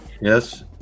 yes